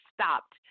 stopped